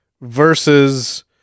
Versus